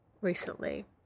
recently